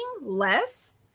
less